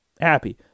Happy